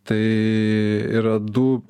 tai yra du